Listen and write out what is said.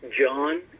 John